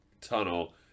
tunnel